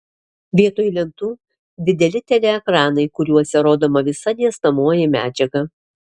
vietoj lentų dideli teleekranai kuriuose rodoma visa dėstomoji medžiaga